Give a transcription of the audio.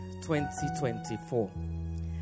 2024